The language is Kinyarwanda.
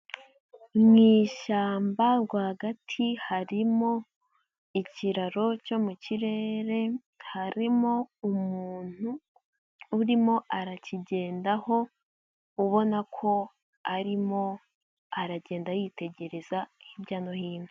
Mu ishyamba rwagati harimo ikiraro cyo mu kirere, harimo umuntu urimo arakigendaho, ubona ko arimo aragenda yitegereza hirya no hino.